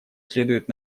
следует